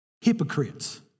Hypocrites